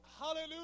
Hallelujah